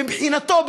מבחינתו,